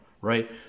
right